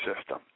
system